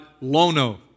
Lono